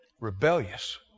rebellious